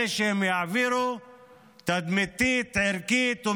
יעבירו מדינת ישראל תקבל גול, תדמיתית וערכית.